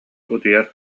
утуйар